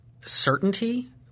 certainty